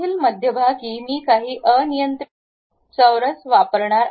तेथील मध्यभागी मी काही अनियंत्रित चौरस वापरणार आहे